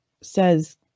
says